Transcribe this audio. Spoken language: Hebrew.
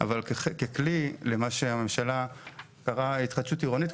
אבל ככלי למה שהממשלה קראה התחדשות עירונית,